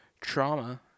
Trauma